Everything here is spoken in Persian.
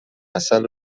عسل